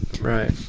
right